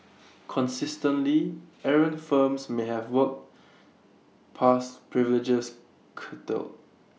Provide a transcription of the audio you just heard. consistently errant firms may have work pass privileges curtailed